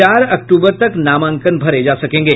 चार अक्टूबर तक नामांकन भरे जा सकेंगे